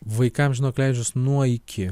vaikams žinok leidžiu nuo iki